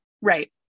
Right